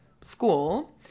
school